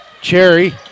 Cherry